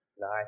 Nice